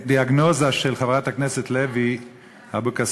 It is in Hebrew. להסכים לדיאגנוזה של חברת הכנסת לוי אבקסיס,